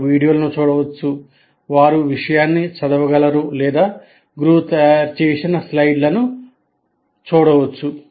వారు వీడియోలను చూడవచ్చు వారు విషయాన్ని చదవగలరు లేదా గురువు తయారుచేసిన స్లైడ్లను చూడవచ్చు